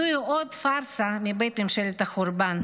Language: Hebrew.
זוהי עוד פארסה מבית ממשלת החורבן,